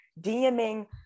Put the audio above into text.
DMing